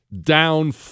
down